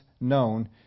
known